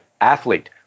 athlete